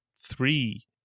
three